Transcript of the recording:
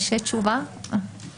הצו שאליו מפנה סעיף קטן (4)